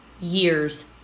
years